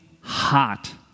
hot